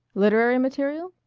literary material?